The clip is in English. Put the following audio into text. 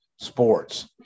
sports